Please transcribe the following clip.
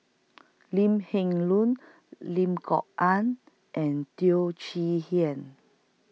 Lim Heng Leun Lim Kok Ann and Teo Chee Hean